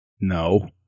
No